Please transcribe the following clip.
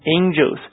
angels